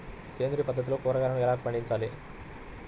సేంద్రియ పద్ధతిలో కూరగాయలు ఎలా పండించాలి?